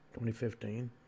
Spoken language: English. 2015